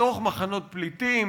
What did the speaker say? בתוך מחנות פליטים,